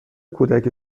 کودک